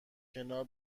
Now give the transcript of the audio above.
کنار